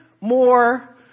more